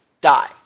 die